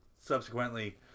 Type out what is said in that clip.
subsequently